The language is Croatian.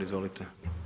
Izvolite.